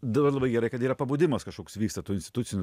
dabar labai gerai kad yra pabudimas kažkoks vyksta tų institucinių